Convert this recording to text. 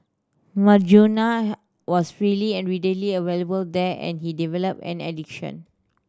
marijuana was freely and readily available there and he developed an addiction